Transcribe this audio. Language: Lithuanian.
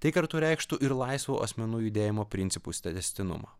tai kartu reikštų ir laisvo asmenų judėjimo principus tęstinumą